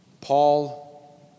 Paul